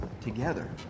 together